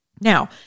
Now